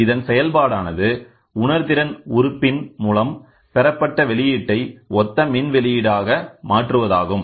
இதன் செயல்பாடானது உணர்திறன் உறுப்பின் மூலம் பெறப்பட்ட வெளியீட்டை ஒத்த மின்வெளியீடாக மாற்றுவதாகும்